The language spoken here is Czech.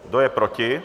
Kdo je proti?